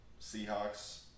Seahawks